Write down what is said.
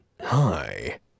Hi